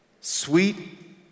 sweet